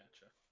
Gotcha